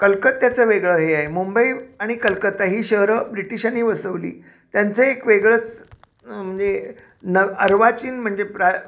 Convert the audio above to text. कलकत्त्याचं वेगळं हे आहे मुंबई आणि कलकत्ता ही शहरं ब्रिटिशांनी वसवली त्यांचं एक वेगळंच म्हणजे न अर्वाचीन म्हणजे प्रा